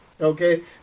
okay